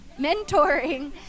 mentoring